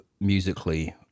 musically